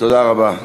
תודה רבה.